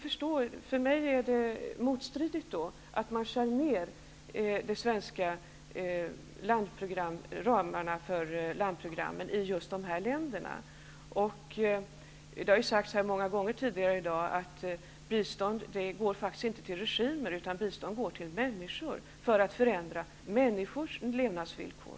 För mig är det motstridigt att skära ned det svenska biståndet och minska ramarna för landprogrammen i dessa länder. Det har sagts många gånger tidigare i dag att bistånd faktiskt inte går till regimer utan till människor för att förändra människors levnadsvillkor.